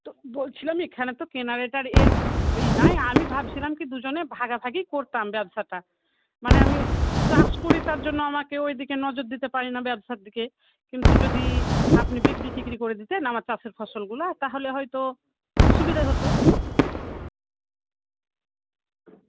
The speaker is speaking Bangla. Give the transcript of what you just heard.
তো বলছিলাম এখানে তো কেনা রেট আর এর ওই নাই আমি ভাবছিলাম কী দুজনে ভাগাভাগি করতাম ব্যবসাটা মানে আমি চাষ করি তার জন্য আমাকে ওই দিকে নজর দিতে পারি না ব্যবসার দিকে কিন্তু যদি আপনি বিক্রি টিক্রি করে দিতেন আমার চাষের ফসলগুলা তাহলে হয়তো সুবিধে হতো